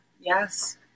Yes